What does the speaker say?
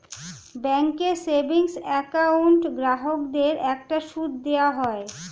ব্যাঙ্কের savings account গ্রাহকদের একটা সুদ দেওয়া হয়